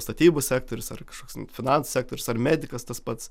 statybų sektorius ar kažkoks finansų sektorius ar medikas tas pats